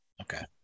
Okay